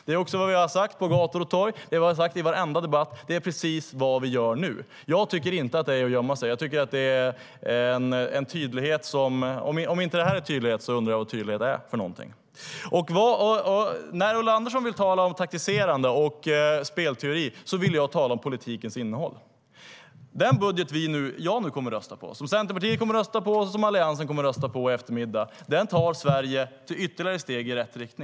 Det är också vad vi har sagt på gator och torg, det är vad vi har sagt i varenda debatt och det är precis vad vi gör nu. När Ulla Andersson vill tala om taktiserande och spelteori vill jag tala om politikens innehåll. Den budget jag i eftermiddag kommer att rösta på, som Centerpartiet kommer att rösta på och som Alliansen kommer att rösta på, tar Sverige ytterligare steg i rätt riktning.